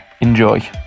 Enjoy